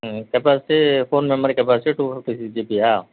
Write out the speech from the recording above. ம் capacity phone memory capacity two fifty six ஜிபியா